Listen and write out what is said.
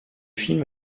film